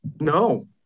No